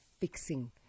fixing